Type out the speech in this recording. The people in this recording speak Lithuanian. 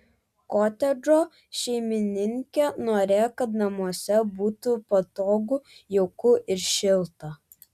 kotedžo šeimininkė norėjo kad namuose būtų patogu jauku ir šilta